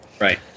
Right